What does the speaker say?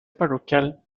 parroquial